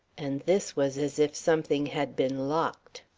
and this was as if something had been locked.